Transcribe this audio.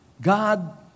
God